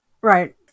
Right